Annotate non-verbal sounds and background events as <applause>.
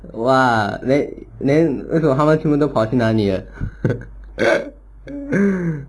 !wah! then then 为什么他们全部都跑去哪里了 <laughs>